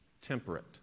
temperate